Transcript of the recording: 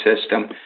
system